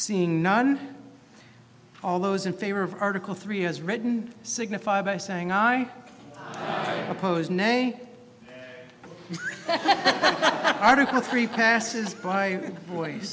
seeing not all those in favor of article three has written signify by saying i oppose nay article three passes by voice